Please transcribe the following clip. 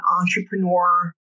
entrepreneur